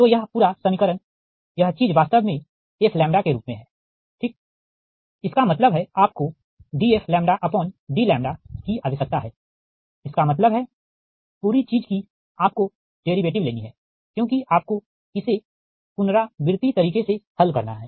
तो यह पूरा समीकरण यह चीज वास्तव में f के रूप में है ठीक इसका मतलब है आपको dfdλ की आवश्यकता है इसका मतलब है पूरी चीज की आपको डेरीवेटिव लेनी है क्योंकि आपको इसे पुनरावृति तरीके से हल करना है